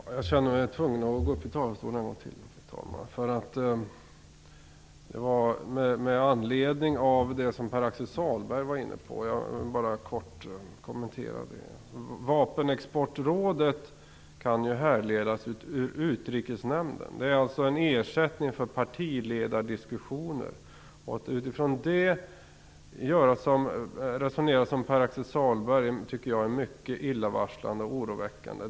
Fru talman! Jag känner mig tvungen att gå upp i talarstolen en gång till med anledning av det som Pär Axel Sahlberg var inne på. Jag vill kort kommentera det. Vapenexportrådet kan härledas ur Utrikesnämnden. Det är alltså en ersättning för partiledardiskussioner. Att mot denna bakgrund resonera så som Pär-Axel Sahlberg tycker jag är mycket illavarslande och oroväckande.